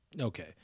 Okay